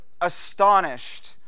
astonished